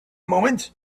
moment